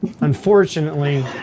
unfortunately